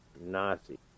Nazi